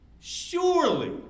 Surely